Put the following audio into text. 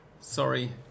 Sorry